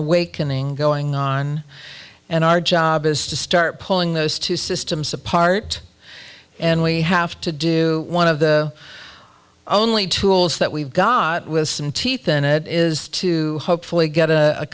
awakening going on and our job is to start pulling those two systems apart and we have to do one of the only tools that we've got with some teeth in it is to hopefully get